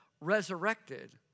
resurrected